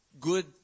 good